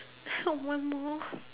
help one more